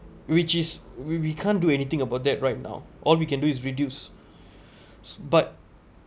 which is w~ we can't do anything about that right now all we can do is reduce but